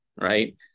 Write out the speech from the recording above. right